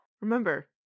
Remember